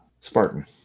Spartan